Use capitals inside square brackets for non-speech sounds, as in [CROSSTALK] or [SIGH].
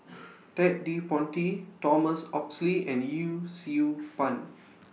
[NOISE] Ted De Ponti Thomas Oxley and Yee Siew Pun